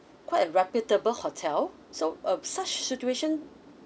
quite a reputable hotel so um such situation